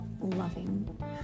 loving